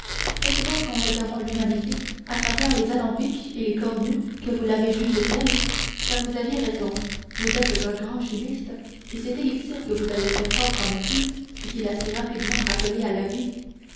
est-ce donc en regardant l'humanité à travers les alambics et les cornues que vous l'avez jugée telle car vous aviez raison vous êtes un grand chimiste et cet élixir que vous avez fait prendre à mon fils et qui l'a si rapidement rappelé à la vie